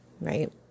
right